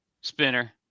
spinner